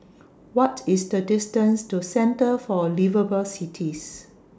What IS The distance to Centre For Liveable Cities